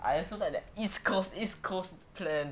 I also like that east coast east coast plan